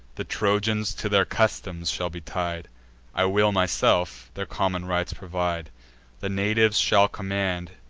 the trojans to their customs shall be tied i will, myself, their common rites provide the natives shall command,